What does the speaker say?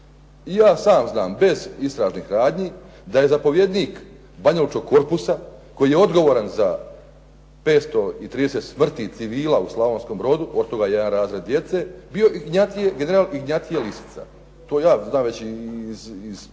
ja sam znam bez istražnih radnji da je zapovjednik banjaločkog korpusa koji je odgovoran za 530 smrtnih civila u Slavonskom Brodu od toga jedan razred djece bio general Ignjatije Lisica. To ja znam već iz svog